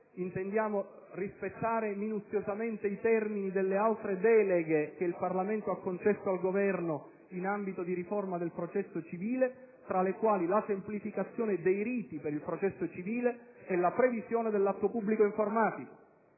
intendiamo rispettare minuziosamente i termini delle altre deleghe che il Parlamento ha concesso al Governo in ambito di riforma del processo civile, tra le quali quelle per la semplificazione dei riti e la previsione dell'atto pubblico informatico.